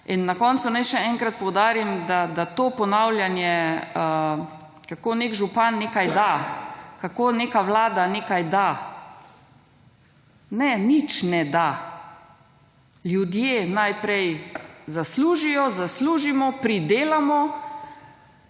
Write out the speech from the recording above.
in na koncu naj še enkrat poudarim, da to ponavljanje kako nek župan nekaj da, kako neka vlada nekaj da, ne, nič ne da, ljudje najprej zaslužijo, zaslužimo, pridelamo,